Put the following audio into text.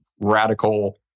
radical